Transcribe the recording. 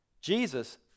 Jesus